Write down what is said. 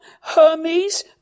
Hermes